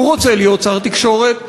הוא רוצה להיות שר התקשורת?